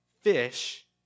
fish